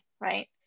right